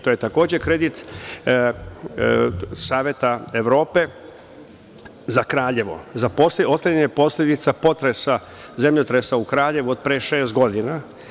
To je takođe kredit Saveta Evrope za Kraljevo, za otklanjanje posledica zemljotresa u Kraljevu pre šest godina.